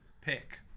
pick